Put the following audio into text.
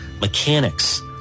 mechanics